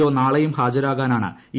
O നാളെയും ഹാജരാകാനാണ് E